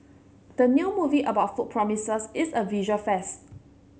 the new movie about food promises is a visual feast